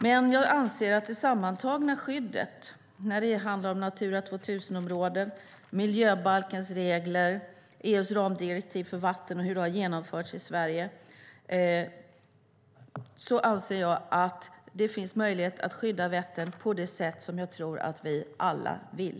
Men jag anser att det med det sammantagna skyddet - det handlar om Natura 2000-områden, miljöbalkens regler och EU:s ramdirektiv för vatten och hur det har genomförts i Sverige - finns möjlighet att skydda Vättern på det sätt som jag tror att vi alla vill.